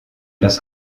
das